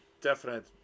definite